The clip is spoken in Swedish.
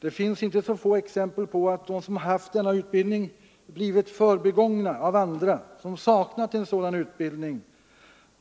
Det finns inte så få exempel på att personer som har haft den rätta utbildningen har blivit förbigångna av andra som saknat sådan utbildning,